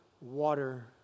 water